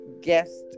guest